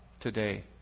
today